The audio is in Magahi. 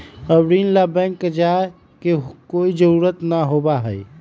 अब ऋण ला बैंक जाय के कोई जरुरत ना होबा हई